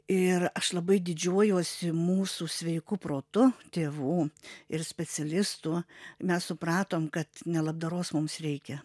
ir aš labai didžiuojuosi mūsų sveiku protu tėvų ir specialistų mes supratom kad ne labdaros mums reikia